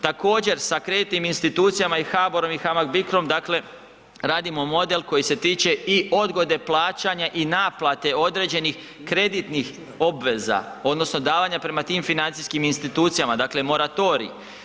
Također, sa kreditnim institucijama i HBOR-om i HAMAG-BICRO-om, dakle radimo model koji se tiče i odgode plaćanja i naplate određenih kreditnih obveza odnosno davanja prema tim financijskim institucijama, dakle moratorij.